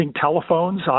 telephones